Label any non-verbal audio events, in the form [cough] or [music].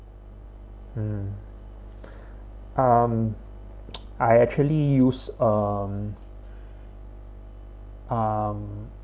hmm um [noise] I actually use um um